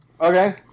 Okay